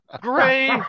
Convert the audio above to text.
gray